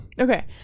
Okay